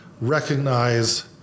recognize